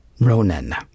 Ronan